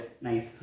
Nice